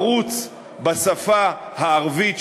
ערוץ בשפה הערבית,